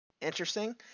Interesting